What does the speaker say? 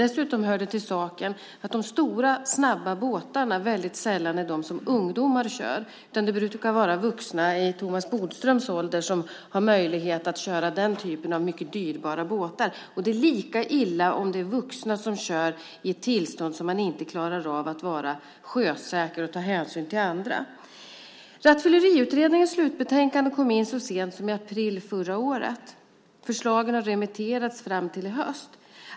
Dessutom hör det till saken att de stora snabba båtarna väldigt sällan är de båtar som ungdomar kör, utan det brukar vara vuxna i Thomas Bodströms ålder som har möjlighet att köra den typen av mycket dyrbara båtar. Det är lika illa om det är vuxna som kör i ett sådant tillstånd att de inte är sjösäkra och inte tar hänsyn till andra. Rattfylleriutredningens slutbetänkande kom så sent som i april förra året. Förslagen har remitterats fram till i höst.